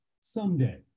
someday